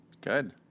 Good